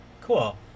Cool